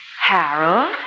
Harold